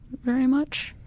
very much.